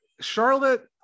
charlotte